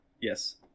yes